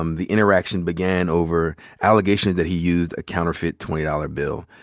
um the interaction began over allegations that he used a counterfeit twenty dollars bill.